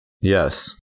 Yes